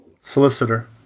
Solicitor